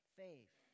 faith